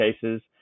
cases